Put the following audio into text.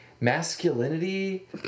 masculinity